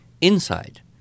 inside